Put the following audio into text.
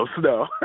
no